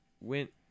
went